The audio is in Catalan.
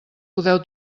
podeu